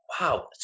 Wow